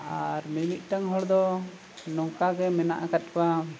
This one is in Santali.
ᱟᱨ ᱢᱤᱼᱢᱤᱫᱴᱟᱝ ᱦᱚᱲ ᱫᱚ ᱱᱚᱝᱠᱟ ᱜᱮ ᱢᱮᱱᱟᱜ ᱟᱠᱟᱫ ᱠᱚᱣᱟ